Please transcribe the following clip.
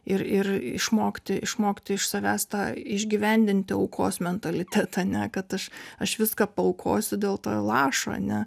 ir ir išmokti išmokti iš savęs tą išgyvendinti aukos mentalitetą ane kad aš aš viską paaukosiu dėl to lašo ane